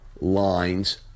lines